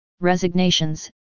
resignations